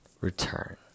return